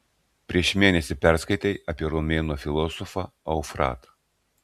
prieš mėnesį perskaitei apie romėnų filosofą eufratą